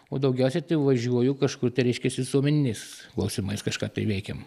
o daugiausia tai važiuoju kažkur tai reiškias visuomeniniais klausimais kažką tai veikiam